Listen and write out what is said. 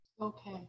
Okay